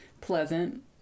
pleasant